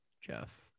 Jeff